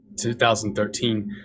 2013